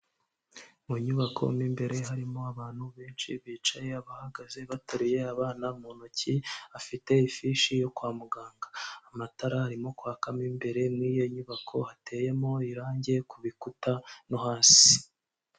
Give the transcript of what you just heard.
Mu nyubako mo imbere harimo abantu benshi bicaye, abahagaze bateruye abana mu ntoki afite ifishi yo kwa muganga. Amatara arimo kwaka mo imbere muri iyo nyubako hateyemo irangi ku bikuta no hasi.